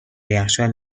یخچال